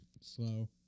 Slow